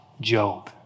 Job